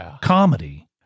comedy